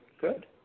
good